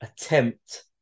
attempt